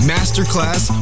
Masterclass